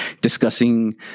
discussing